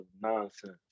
nonsense